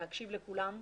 להקשיב לכולם.